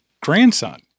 grandson